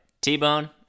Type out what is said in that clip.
T-Bone